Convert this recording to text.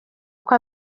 uko